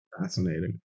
Fascinating